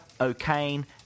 O'Kane